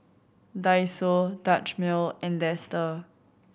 Daiso Dutch Mill and Dester